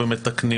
מתקנים